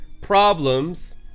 problems